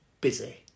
Busy